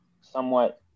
somewhat